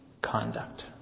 conduct